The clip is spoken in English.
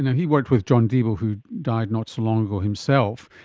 he worked with john deeble who died not so long ago himself.